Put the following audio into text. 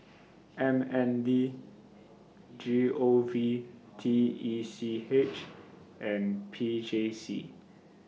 M N D G O V T E C H and P J C